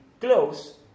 close